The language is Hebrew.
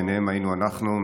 ובהן היינו אנחנו,